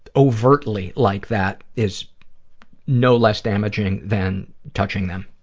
overtly like that is no less damaging than touching them,